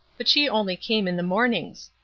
but she only came in the mornings.